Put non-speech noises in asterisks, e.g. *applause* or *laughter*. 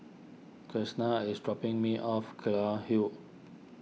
*unintelligible* is dropping me off Kelulut Hill